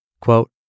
Quote